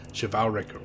chivalric